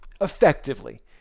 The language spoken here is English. effectively